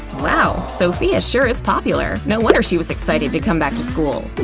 wow! sophia sure is popular! no wonder she was excited to come back to school!